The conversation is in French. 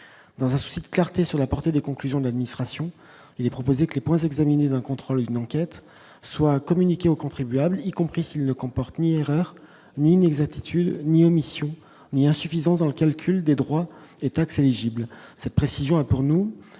dans un souci de clarté sur la portée des conclusions de l'administration, il est proposé que les points examinés d'un contrôle, une enquête soit communiquée aux contribuables y compris s'il ne comporte ni erreur ni ni les attitudes ni omission ni insuffisances dans le calcul des droits et taxes éligible cette précision pour nous